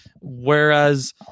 Whereas